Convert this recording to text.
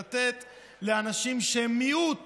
לתת לאנשים שהם מיעוט